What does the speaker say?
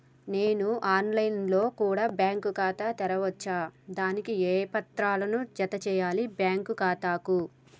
నేను online లో కూడా బ్యాంకు ఖాతా ను తెరవ వచ్చా? దానికి ఏ పత్రాలను జత చేయాలి బ్యాంకు ఖాతాకు?